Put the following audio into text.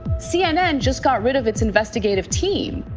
cnn just got rid of its investigative team.